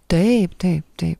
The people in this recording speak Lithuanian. taip taip taip